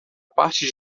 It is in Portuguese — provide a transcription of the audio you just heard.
parte